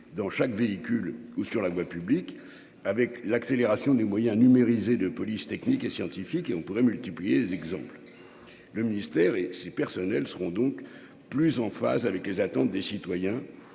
dans chaque véhicule ou sur la voie publique avec l'accélération des moyens numérisé de police technique et scientifique et on pourrait multiplier les exemples : le ministère et ses personnels seront donc plus en phase avec les attentes des citoyens